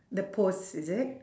the pose is it